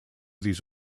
these